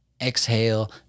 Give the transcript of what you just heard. exhale